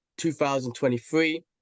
2023